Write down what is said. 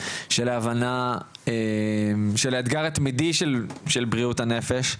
של הבנה של האתגר התמידי של בריאות הנפש,